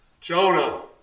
Jonah